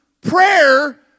prayer